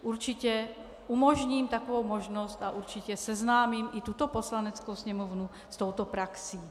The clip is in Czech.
Určitě umožním takovou možnost a určitě seznámím i tuto Poslaneckou sněmovnu s touto praxí.